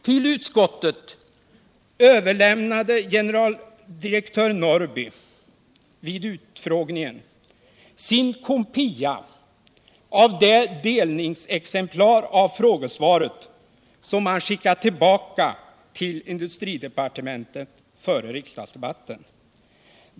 Till utskottet överlämnade generaldirektören Norrby vid utfrågningen sin kopia av det delningsexemplar av frågesvaret, som han skickade tillbaka till industridepartementet före riksdagsdebatten.